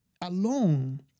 alone